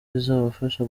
izabafasha